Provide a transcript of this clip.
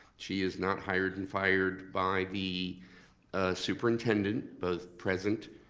she is not hired and fired by the superintendent both present,